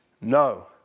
No